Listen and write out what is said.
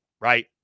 right